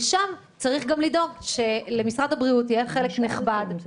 שם צריך גם לדאוג שלמשרד הבריאות יהיה חלק נכבד.